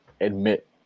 admit